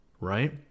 right